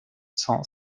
cent